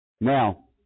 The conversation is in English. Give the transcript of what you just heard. Now